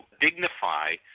dignify